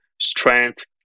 strength